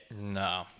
No